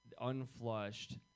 unflushed